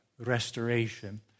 restoration